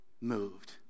moved